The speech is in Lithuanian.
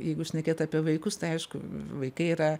jeigu šnekėt apie vaikus tai aišku vaikai yra